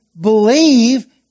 believe